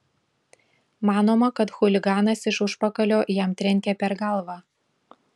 manoma kad chuliganas iš užpakalio jam trenkė per galvą